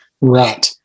Right